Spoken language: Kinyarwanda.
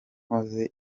nkoze